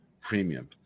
premium